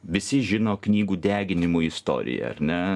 visi žino knygų deginimo istoriją ar ne